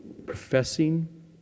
professing